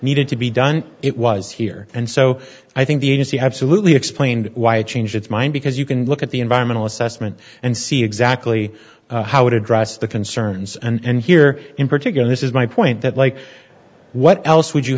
needed to be done it was here and so i think the agency absolutely explained why it changed its mind because you can look at the environmental assessment and see exactly how it addressed the concerns and here in particular this is my point that like what else would you